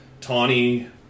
tawny